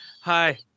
Hi